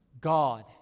God